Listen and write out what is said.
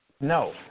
no